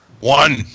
One